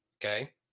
Okay